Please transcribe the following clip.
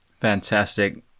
Fantastic